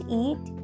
eat